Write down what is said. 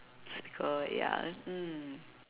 typical ya mm